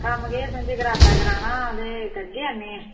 कम्म केह् ऐ असें जगराता कराना ते करगे आह्नियै